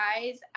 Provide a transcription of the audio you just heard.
guys